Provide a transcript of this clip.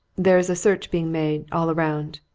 there's a search being made, all round.